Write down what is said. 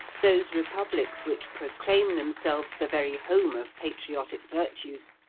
those republics which proclaim themselves the very home of patriotic virtues,